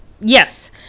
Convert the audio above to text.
yes